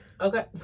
Okay